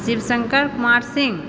Shiv Shankar Kumar Singh